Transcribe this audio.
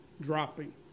dropping